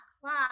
class